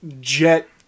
jet